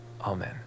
Amen